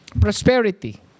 prosperity